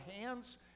hands